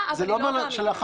להיות